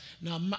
Now